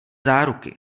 záruky